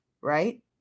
right